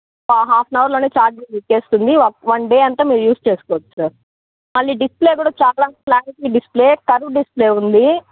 half an అవర్లోనే charging ఎక్కేస్తుంది వ వన్ డే అంతా మీరు యూస్ చేసుకోవచ్చు సార్ మళ్ళీ డిస్ప్లే కూడా చాలా క్లారిటీ డిస్ప్లే కర్వ్ డిస్ప్లే ఉంది